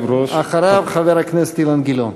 אחריו, חבר הכנסת אילן גילאון.